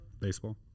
Baseball